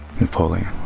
Napoleon